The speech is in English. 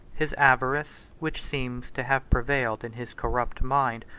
his avarice, which seems to have prevailed, in his corrupt mind,